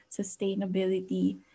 sustainability